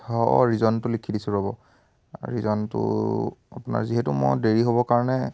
হয় অঁ ৰিজনটো লিখি দিছোঁ ৰ'ব ৰিজনটো আপোনাৰ যিহেতু মই দেৰি হ'বৰ কাৰণে